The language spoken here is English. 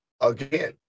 again